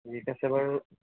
ঠিক আছে বাৰু